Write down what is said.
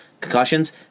concussions